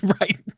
Right